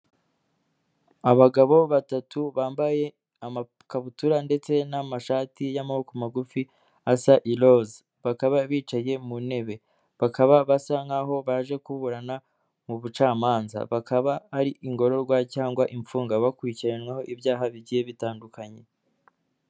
Abagabo batatu bambaye amakabutura ndetse n'amashati y'amaboko magufi asa iroza, bakaba bicaye mu ntebe, bakaba basa nkaho baje kuburana mu bucamanza, bakaba ari ingorororwa cyangwa imfungwa, bakurikiranyweho ibyaha bigiye bitandukanye.